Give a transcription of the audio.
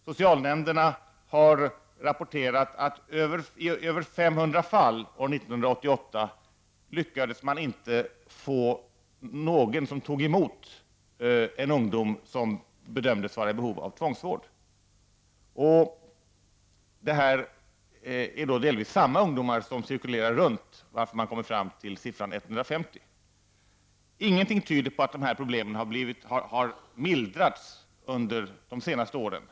Socialnämnderna har rapporterat att i över 500 fall under 1988 lyckades man inte få någon som tog emot unga som bedömdes vara i behov av tvångsvård. Det rör sig om delvis samma ungdomar som cirkulerar, varför man kommer fram till siffran 150. Ingenting tyder på att det här problemet har mildrats under de senaste åren.